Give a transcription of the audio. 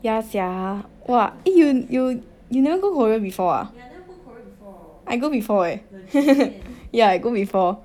yeah sia !wah! you you you never go Korea before ah I go before eh yeah I go before